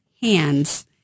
hands